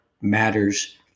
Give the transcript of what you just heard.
matters